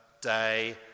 day